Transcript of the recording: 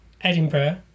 Edinburgh